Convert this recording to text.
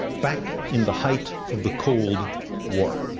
back in the height of the cold war.